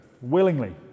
willingly